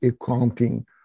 accounting